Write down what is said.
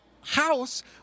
house